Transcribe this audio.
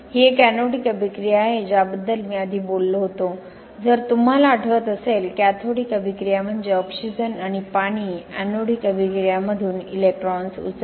ही एक एनोडिक अभिक्रिया आहे ज्याबद्दल मी आधी बोललो होतो जर तुम्हाला आठवत असेल कॅथोडिक अभिक्रिया म्हणजे ऑक्सिजन आणि पाणी एनोडिक अभिक्रियामधून इलेक्ट्रॉन्स उचलते